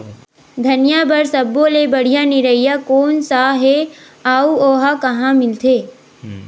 धनिया बर सब्बो ले बढ़िया निरैया कोन सा हे आऊ ओहा कहां मिलथे?